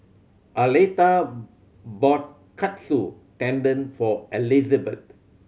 Aleta bought Katsu Tendon for Elizbeth